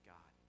God